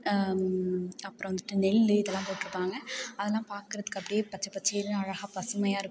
அப்புறம் வந்துட்டு நெல் இதெல்லாம் போட்டிருப்பாங்க அதெல்லாம் பார்க்குறதுக்கு அப்படியே பச்சை பச்சேல்னு அழகாக பசுமையாக இருக்கும்